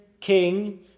king